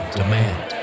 demand